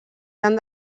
gran